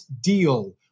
deal